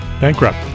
Bankrupt